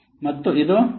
ಮತ್ತು ಇದು 1